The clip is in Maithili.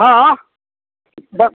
हँ बस